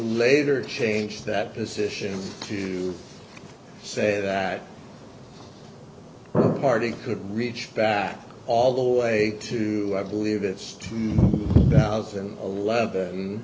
later change that position to say that party could reach back all the way to believe it's two thousand and eleven